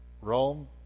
Rome